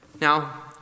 Now